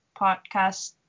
Podcast